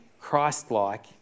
Christ-like